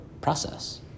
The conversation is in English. process